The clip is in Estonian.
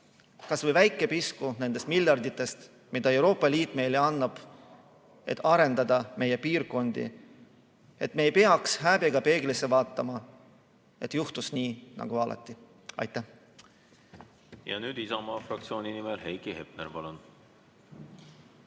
kas või väike pisku nendest miljarditest, mida Euroopa Liit meile annab, et arendada meie piirkondi. Siis me ei peaks häbiga peeglisse vaatama, et juhtus nii nagu alati. Aitäh! Ja nüüd Isamaa fraktsiooni nimel Heiki Hepner. Palun!